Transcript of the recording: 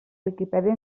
viquipèdia